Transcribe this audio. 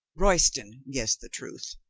royston guessed the truth.